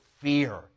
fear